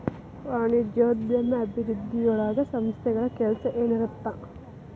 ವಾಣಿಜ್ಯೋದ್ಯಮ ಅಭಿವೃದ್ಧಿಯೊಳಗ ಸಂಸ್ಥೆಗಳ ಕೆಲ್ಸ ಏನಿರತ್ತ